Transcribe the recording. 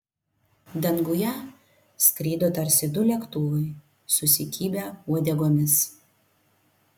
danguje skrido tarsi du lėktuvai susikibę uodegomis